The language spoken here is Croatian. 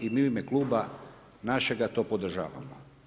I mi u ime kluba našega to podržavamo.